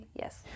yes